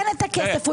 הוא נותן את הכסף שלו,